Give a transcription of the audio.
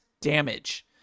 damage